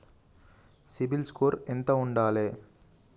CIBIL score ఎంత ఉండాలే?